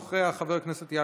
חבר הכנסת אופיר סופר,